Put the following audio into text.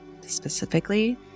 specifically